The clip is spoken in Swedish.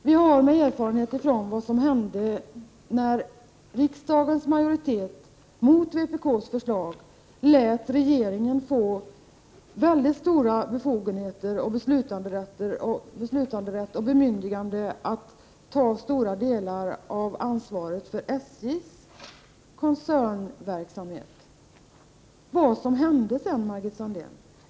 Vi har erfarenhet av vad som hände när riksdagens majoritet mot vpk:s förslag lät regeringen få mycket stora befogenheter, beslutanderätt och bemyndigande att ta ansvaret för betydande delar av SJ:s koncernverksamhet.